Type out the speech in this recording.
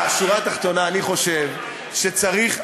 שורה תחתונה: אני חושב שצריך,